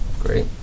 Great